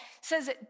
says